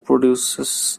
produces